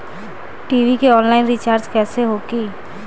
TV के online recharge कैसे होखी?